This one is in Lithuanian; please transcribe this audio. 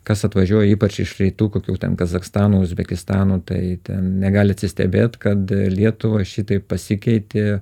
kas atvažiuoja ypač iš rytų kokių ten kazachstano uzbekistano tai ten negali atsistebėt kad lietuva šitaip pasikeitė